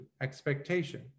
expectation